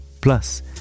Plus